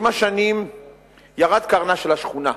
עם השנים ירד קרנה של השכונה,